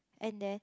and then